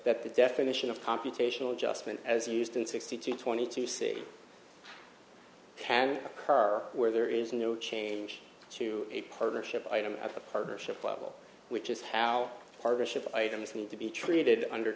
that the definition of computational adjustment as used in sixty two twenty two c has occur where there is no change to a partnership item or a partnership level which is how partnership items need to be treated under